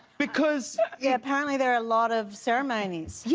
because yeah, apparently, there are a lot of ceremonies. yeah